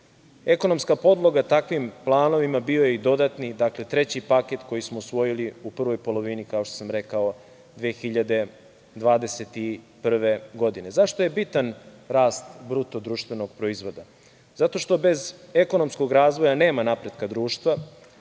Ekonomska podloga takvim planovima bio je i dodatni treći paket koji smo usvojili u prvoj polovini, kao što sam rekao, 2021. godine.Zašto je bitan rast BDP-a? Zato što bez ekonomskog razvoja nema napretka društva.